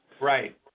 Right